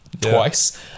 twice